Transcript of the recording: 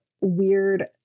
weird